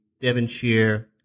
Devonshire